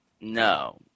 No